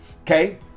okay